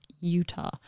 Utah